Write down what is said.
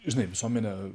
žinai visuomenė